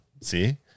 See